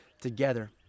together